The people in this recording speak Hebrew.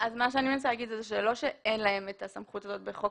מנסה לומר שלא שאין להם את הסמכות בחוק